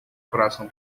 coração